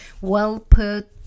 well-put